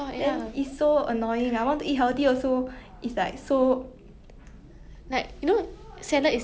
ya but then there are those people who like like they don't work out don't do anything but their genetic game damn strong then